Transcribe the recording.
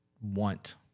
want